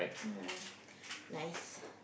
no eh nice